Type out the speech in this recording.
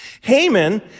Haman